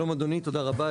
שלום אדוני תודה רבה,